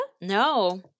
No